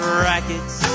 rackets